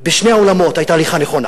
העולמות היתה הליכה נכונה.